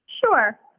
Sure